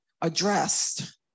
addressed